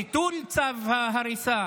ביטול צו ההריסה,